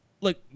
look